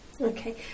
Okay